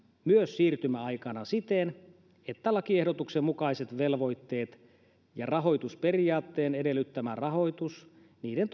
myös siirtymäaikana siten että lakiehdotuksen mukaiset velvoitteet ja rahoitusperiaatteen edellyttämä rahoitus niiden